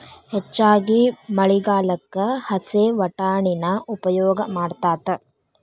ಹೆಚ್ಚಾಗಿ ಮಳಿಗಾಲಕ್ಕ ಹಸೇ ವಟಾಣಿನ ಉಪಯೋಗ ಮಾಡತಾತ